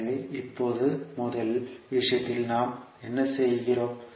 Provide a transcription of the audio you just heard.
எனவே இப்போது முதல் விஷயத்தில் நாம் என்ன செய்கிறோம்